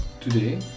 Today